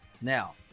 Now